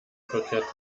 verkehrt